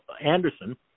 Anderson